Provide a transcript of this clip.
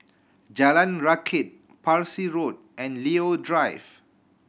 Jalan Rakit Parsi Road and Leo Drive